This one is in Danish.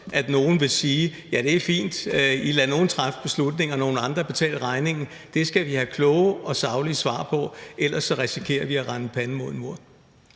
at nogle vil sige: Ja, det er fint – I lader nogen tager beslutningerne og nogle andre betale regningen. Det skal vi have kloge og saglige svar på, for ellers risikerer vi at løbe panden mod en mur.